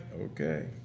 okay